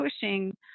pushing